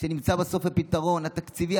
שנמצא בסוף הפתרון התקציבי,